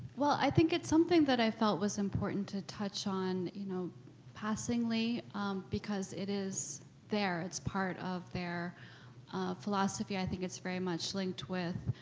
well, i think it's something that i felt was important to touch on you know passingly because it is there, it's part of their philosophy. i think it's very much linked with,